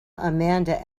amanda